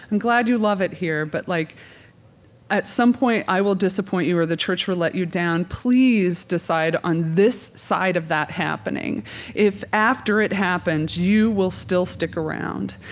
and glad you love it here, but like at some point, i will disappoint you or the church will let you down. please decide on this side of that happening if, after it happens, you will still stick around.